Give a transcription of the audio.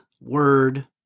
word